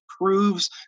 proves